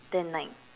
then like